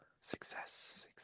Success